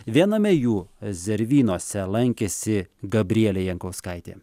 viename jų zervynose lankėsi gabrielė jankauskaitė